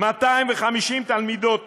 250 תלמידות